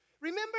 Remember